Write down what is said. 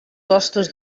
costos